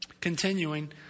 continuing